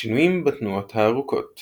השינויים בתנועות הארוכות